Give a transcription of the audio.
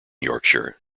yorkshire